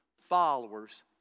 followers